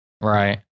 Right